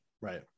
right